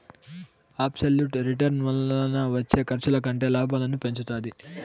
absolute return వలన వచ్చే ఖర్చుల కంటే లాభాలను పెంచుతాది